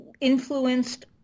influenced